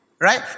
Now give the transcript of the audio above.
Right